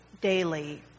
daily